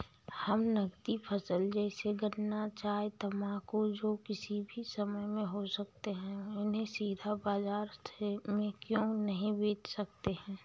हम नगदी फसल जैसे गन्ना चाय तंबाकू जो किसी भी समय में हो सकते हैं उन्हें सीधा बाजार में क्यो नहीं बेच सकते हैं?